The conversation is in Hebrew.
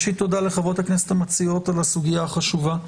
ראשית תודה לחברות הכנסת המציעות על הסוגיה החשובה.